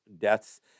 deaths